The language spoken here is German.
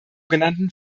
genannten